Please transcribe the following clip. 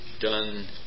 done